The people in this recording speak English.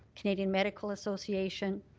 canadian medical association,